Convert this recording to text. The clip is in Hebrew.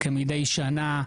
כמדי שנה,